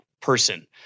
person